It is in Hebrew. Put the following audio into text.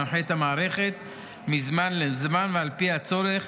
המנחה את המערכת מזמן לזמן ועל פי הצורך